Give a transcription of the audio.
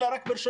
אלא רק ברשותו.